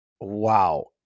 wow